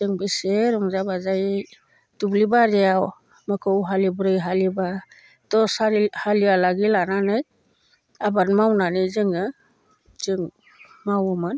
जों बेसे रंजा बाजायै दुब्लि बारियाव मोसौ हालेवब्रै हालेवबा दस हालियालागै लानानै आबाद मावनानै जोङो मावोमोन